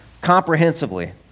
comprehensively